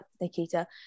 Nikita